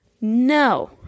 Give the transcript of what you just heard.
No